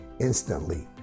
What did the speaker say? instantly